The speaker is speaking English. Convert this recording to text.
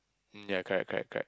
um ya correct correct correct